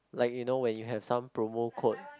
like you know when you have some promo code